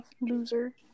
loser